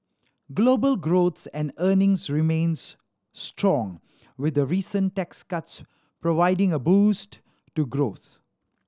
global growth and earnings remains strong with the recent tax cuts providing a boost to growth